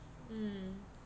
mm